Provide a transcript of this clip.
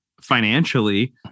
financially